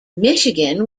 michigan